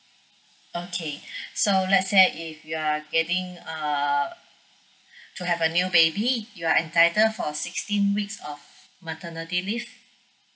okay so let's say if you are getting uh to have a new baby you are entitled for sixteen weeks of maternity leave